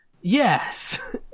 Yes